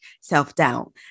self-doubt